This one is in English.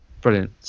Brilliant